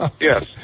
Yes